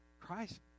Christ